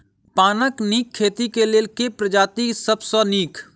पानक नीक खेती केँ लेल केँ प्रजाति सब सऽ नीक?